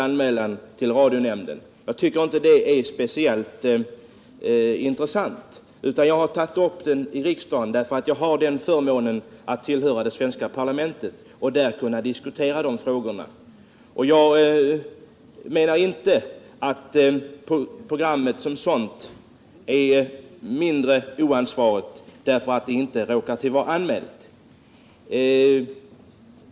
Jag har inte gjort anmälan. Jag tycker att det inte är speciellt intressant, utan jag har tagit upp frågan i riksdagen därför att jag har förmånen att tillhöra det svenska parlamentet och där kan diskutera dessa frågor. Jag menar inte att programmet som sådant är mindre olämpligt därför att det inte råkar vara anmält.